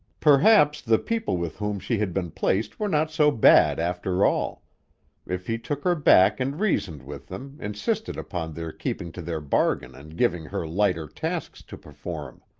perhaps the people with whom she had been placed were not so bad, after all if he took her back and reasoned with them, insisted upon their keeping to their bargain, and giving her lighter tasks to perform.